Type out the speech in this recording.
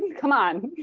come on.